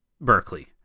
Berkeley